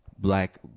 black